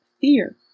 fear